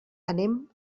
anem